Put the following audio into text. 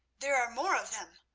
there are more of them!